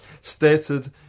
stated